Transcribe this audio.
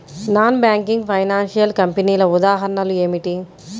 Non banking financial కంపెనీల ఉదాహరణలు ఏమిటి?